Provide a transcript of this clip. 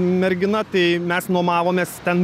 mergina tai mes nuomojamės ten